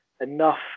enough